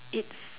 it's